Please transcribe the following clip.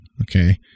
Okay